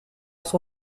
son